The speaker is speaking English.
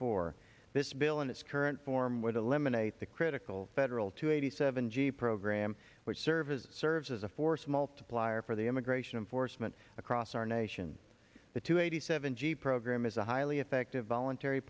four this bill in its current form with eliminate the critical federal to eighty seven g program which services serves as a force multiplier for the immigration enforcement across our nation the two eighty seven g program is a highly effective voluntary